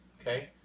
okay